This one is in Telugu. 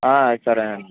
సరేనండి